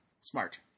Smart